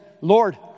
Lord